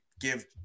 give